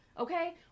okay